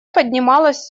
поднималось